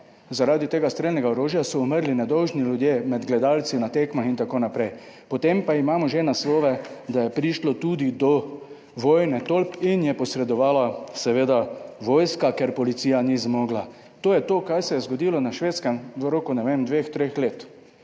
zaradi tega strelnega orožja so umrli nedolžni ljudje med gledalci na tekmah in tako naprej. Potem pa imamo že naslove, da je prišlo tudi do vojne tolp in je posredovala seveda vojska, ker policija ni zmogla. To je to, kar se je zgodilo na Švedskem v roku, ne vem, 2, 3 let.